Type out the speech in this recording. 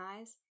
eyes